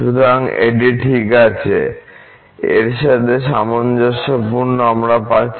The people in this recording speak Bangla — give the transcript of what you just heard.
সুতরাং এটি ঠিক আছে এর সাথে সামঞ্জস্যপূর্ণ আমরা পাচ্ছি